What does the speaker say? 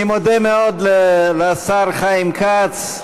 אני מודה מאוד לשר חיים כץ.